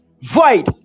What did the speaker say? void